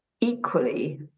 equally